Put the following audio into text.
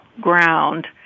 ground